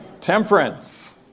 Temperance